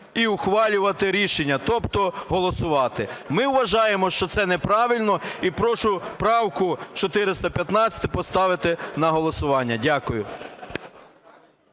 і ухвалювати рішення, тобто голосувати. Ми вважаємо, що це неправильно. І прошу правку 415-у поставити на голосування. Дякую.